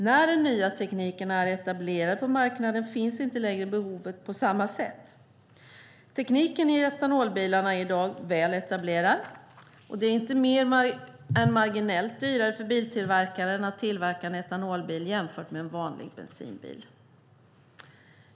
När den nya tekniken är etablerad på marknaden finns inte längre behovet på samma sätt. Tekniken i etanolbilarna är i dag väl etablerad, och det är inte mer än marginellt dyrare för biltillverkaren att tillverka en etanolbil än en vanlig bensinbil.